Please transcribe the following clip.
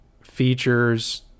features